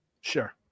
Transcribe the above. Sure